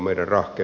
puhemies